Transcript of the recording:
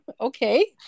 Okay